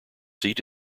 seat